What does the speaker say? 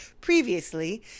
previously